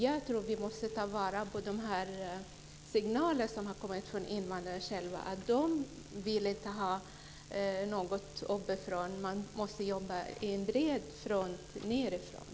Jag tror att vi måste ta vara på de signaler som har kommit från invandrarna själva om att de inte vill ha något uppifrån utan att man måste jobba på bred front nedifrån.